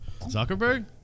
Zuckerberg